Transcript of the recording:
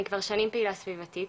אני כבר שנים פעילה סביבתית,